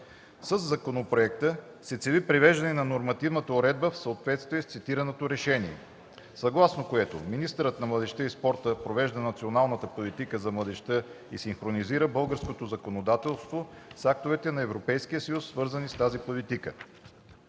Със законопроекта се цели привеждане на нормативната уредба в съответствие с цитираното решение, съгласно което министърът на младежта и спорта провежда националната политика за младежта и синхронизира българското законодателство с актовете на Европейския съюз, свързани с тази политика.